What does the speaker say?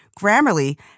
Grammarly